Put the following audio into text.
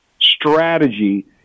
strategy